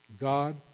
God